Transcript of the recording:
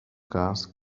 gas